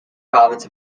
province